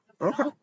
Okay